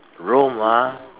Rome ah